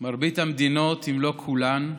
אם לא כולן,